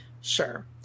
Sure